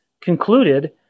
concluded